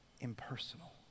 impersonal